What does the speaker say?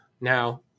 Now